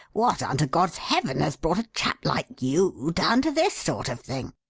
what under god's heaven has brought a chap like you down to this sort of thing?